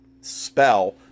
spell